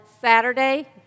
Saturday